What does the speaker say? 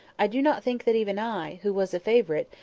i do not think that even i, who was a favourite,